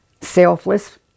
selfless